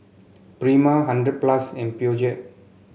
Prima Hundred plus and Peugeot